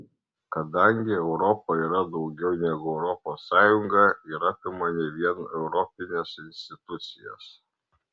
kadangi europa yra daugiau negu europos sąjunga ir apima ne vien europines institucijas